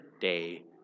day